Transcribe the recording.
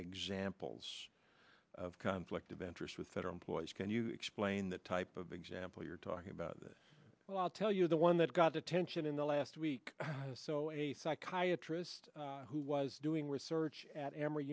examples of conflict of interest with federal employees can you explain the type of example you're talking about this well i'll tell you the one that got attention in the last week or so a psychiatrist who was doing research at emory